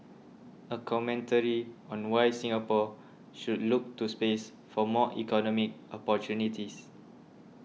a commentary on why Singapore should look to space for more economic opportunities